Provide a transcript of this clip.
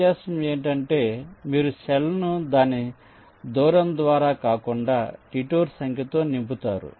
వ్యత్యాసం ఏమిటంటే మీరు సెల్ను దాని దూరం ద్వారా కాకుండా డిటూర్ సంఖ్యతో నింపుతారు